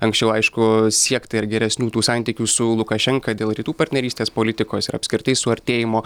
anksčiau aišku siekta ir geresnių tų santykių su lukašenka dėl rytų partnerystės politikos ir apskritai suartėjimo